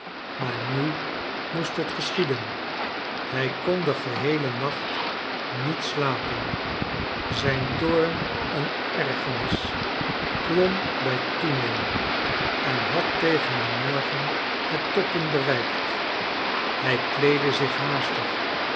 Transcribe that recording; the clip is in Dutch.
maar nu moest het geschieden hij kon den geheelen nacht niet slapen zijn toorn en ergernis klom bij toeneming en had tegen den morgen het toppunt bereikt hij kleedde zich haastig